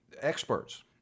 experts